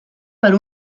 per